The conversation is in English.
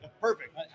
perfect